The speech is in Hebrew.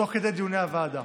תוך כדי דיוני הוועדה.